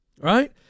Right